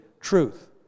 truth